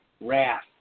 wrath